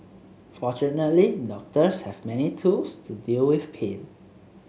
fortunately doctors have many tools to deal with pain